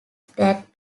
that